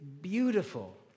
beautiful